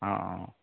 অ অ